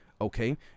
Okay